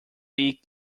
peak